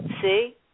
See